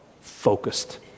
focused